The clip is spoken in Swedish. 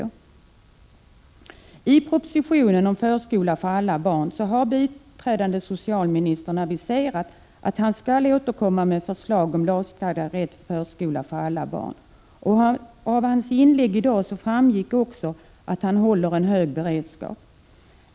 Fru talman! I propositionen om förskola för alla barn har biträdande socialministern aviserat att han skall återkomma med förslag om lagstadgad rätt till förskola för alla barn. Av hans inlägg i dag framgår att han har en hög beredskap.